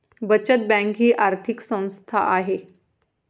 बचत बँक ही आर्थिक संस्था आहे